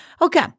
Okay